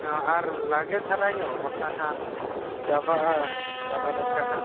ᱦᱮᱸ ᱟᱨ ᱞᱟᱜᱮ ᱫᱷᱟᱨᱟ ᱧᱚᱜ ᱵᱟᱠᱷᱟᱱ ᱦᱟᱸᱜ ᱪᱟᱵᱟᱜᱼᱟ ᱪᱟᱵᱟ ᱞᱮᱱᱠᱷᱟᱱ ᱦᱟᱸᱜ